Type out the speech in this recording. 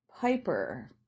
Piper